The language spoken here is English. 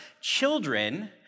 Children